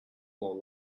more